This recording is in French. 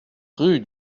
rue